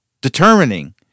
determining